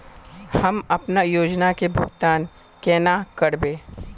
हम अपना योजना के भुगतान केना करबे?